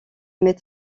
mais